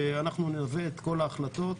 ואנחנו נלווה את כל ההחלטות.